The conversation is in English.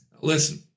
Listen